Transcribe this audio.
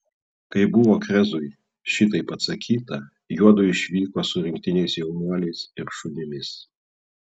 kai buvo krezui šitaip atsakyta juodu išvyko su rinktiniais jaunuoliais ir šunimis